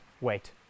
wait